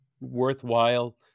worthwhile